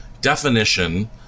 definition